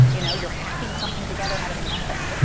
you know you're hacking something together out of nothing,